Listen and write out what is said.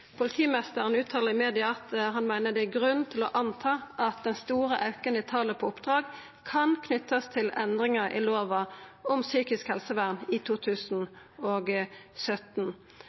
Politimeisteren uttaler i media at han meiner det er grunn til å anta at den store auken i talet på oppdrag kan knytast til endringar i lova om psykisk helsevern i 2017.